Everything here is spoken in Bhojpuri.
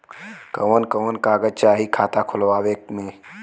कवन कवन कागज चाही खाता खोलवावे मै?